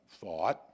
thought